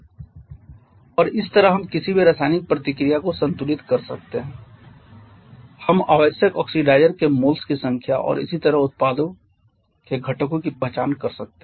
और इस तरह हम किसी भी रासायनिक प्रतिक्रिया को संतुलित कर सकते हैं हम आवश्यक ऑक्सीडाइज़र के मोल्स की संख्या और इसी तरह उत्पादों के घटकों की पहचान कर सकते हैं